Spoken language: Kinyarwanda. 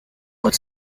muri